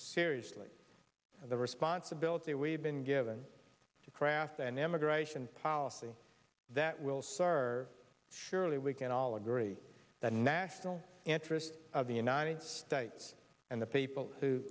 seriously and the responsibility we've been given to craft an immigration policy that will serve surely we can all agree that national interests of the united states and the people who